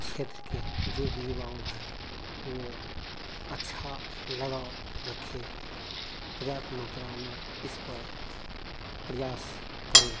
क्षेत्र के जो भी युवा हैं वह अच्छा लगाव रखें पर्याप्त मात्रा में इस पर प्रयास करें